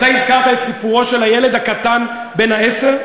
אתה הזכרת את סיפורו של הילד הקטן בן העשר?